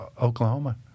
Oklahoma